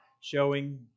showing